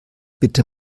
bitte